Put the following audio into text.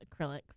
acrylics